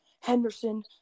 Henderson